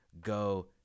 go